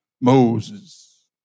Moses